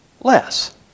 less